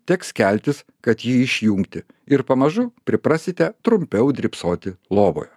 teks keltis kad jį išjungti ir pamažu priprasite trumpiau drybsoti lovoje